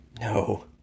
No